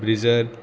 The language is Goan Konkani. ब्रिजर